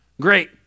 Great